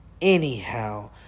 Anyhow